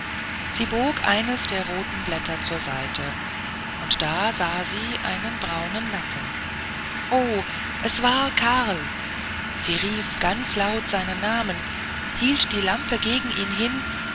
sie bog eines der roten blätter zur seite und da sah sie einen braunen nacken o das war karl sie rief ganz laut seinen namen hielt die lampe gegen ihn hin